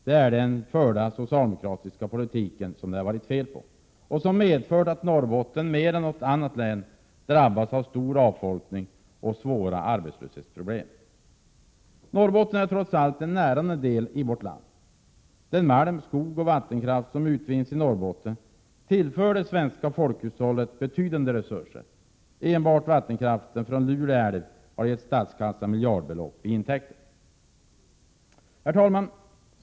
Det är den förda socialdemokratiska politiken som det har varit fel på och som medfört att Norrbotten mer än något annat län drabbats av stor avfolkning och svåra arbetslöshetsproblem. Norrbotten är trots allt en närande del av vårt land. Den malm, skog och vattenkraft som utvinns i Norrbotten tillför det svenska folkhushållet betydande resurser. Enbart vattenkraften från Lule älv har gett statskassan miljardbelopp i intäkter. Herr talman!